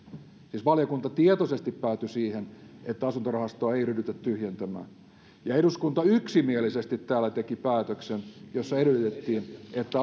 siis valiokunta tietoisesti päätyi siihen että asuntorahastoa ei ryhdytä tyhjentämään ja eduskunta yksimielisesti teki täällä päätöksen jossa edellytettiin että